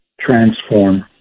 transform